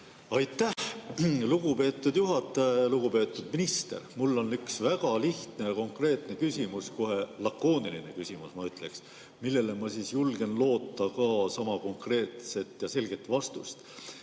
Aitäh, lugupeetud juhataja! Lugupeetud minister! Mul on üks väga lihtne ja konkreetne küsimus, lausa lakooniline küsimus, ma ütleksin, millele ma julgen loota ka sama konkreetset ja selget vastust.